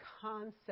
concept